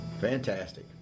Fantastic